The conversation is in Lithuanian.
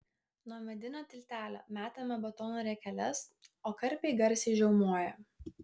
nuo medinio tiltelio metame batono riekeles o karpiai garsiai žiaumoja